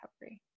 recovery